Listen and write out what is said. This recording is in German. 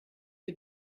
für